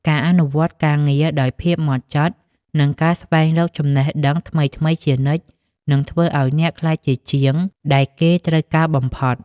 ការអនុវត្តការងារដោយភាពហ្មត់ចត់ និងការស្វែងរកចំណេះដឹងថ្មីៗជានិច្ច នឹងធ្វើឱ្យអ្នកក្លាយជាជាងដែលគេត្រូវការបំផុត។